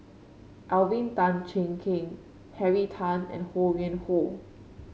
Alvin Tan Cheong Kheng Henry Tan and Ho Yuen Hoe